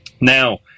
Now